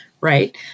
Right